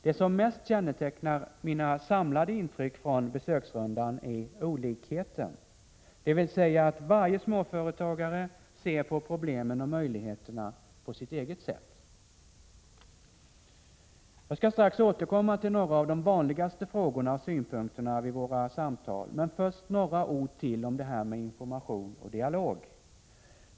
Det som mest kännetecknar mina samlade intryck från besöksrundan är olikheten, dvs. att varje småföretagare ser på problemen och möjligheterna på sitt eget sätt. Jag skall strax återkomma till några av de vanligaste frågorna och synpunkterna vid våra samtal. Men först några ord till om det här med information och dialog.